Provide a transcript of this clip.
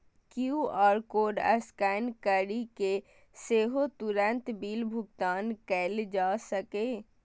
QR code scan करि कें सेहो तुरंत बिल भुगतान कैल जा सकैए